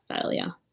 failure